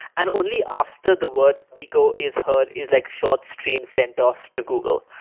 and only after the word peeqo is heard is like short stream sent off to google.